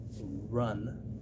run